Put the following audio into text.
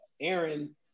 Aaron